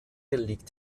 liegt